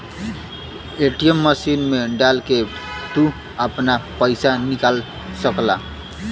ATM machine मे डाल के तू आपन पइसा निकाल सकला